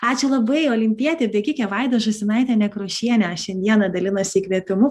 ačiū labai olimpietė bėgikė vaida žūsinaitė nekrošienė šiandieną dalinas įkvėpimu